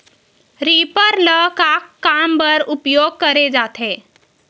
Reaper ल का काम बर उपयोग करे जाथे?